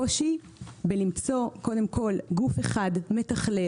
לנקודה הראשונה הקושי למצוא גוף אחד מתכלל,